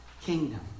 kingdom